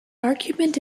argument